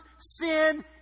sin